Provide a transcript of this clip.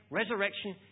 resurrection